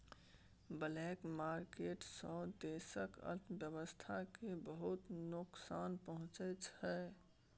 black market सँ देशक अर्थव्यवस्था केँ बहुत नोकसान पहुँचै छै